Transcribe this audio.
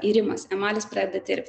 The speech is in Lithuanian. irimas emalis pradeda tirpt